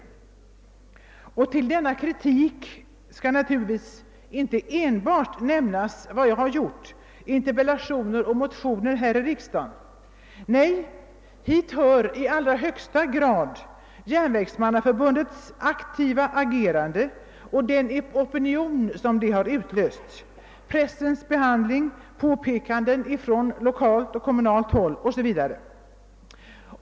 Av den kritiken skall naturligtvis inte enbart nämnas vad vi har gjort — interpellationer och motioner här i riksdagen -— nej, hit hör i allra högsta grad Järnvägsmannaförbundets aktiva agerande och den opinion som det har utlöst, vidare pressens behandling av frågan, påpekanden från lokalt och kommunalt håll o. s. v.